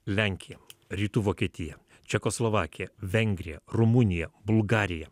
lenkija rytų vokietija čekoslovakija vengrija rumunija bulgarija